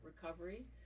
recovery